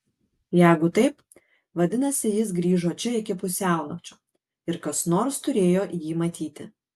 jeigu taip vadinasi jis grįžo čia iki pusiaunakčio ir kas nors turėjo jį matyti